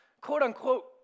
quote-unquote